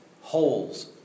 holes